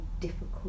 difficult